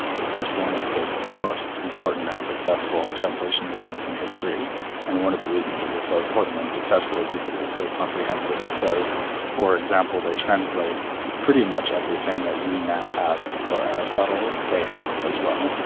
it's one of the most important and successful translation movements in history and one of the reasons it was so important and successful is because it was so comprehensive, so for example they translate pretty much everything that we now have for aristotle, they had as well.